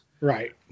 right